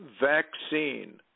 vaccine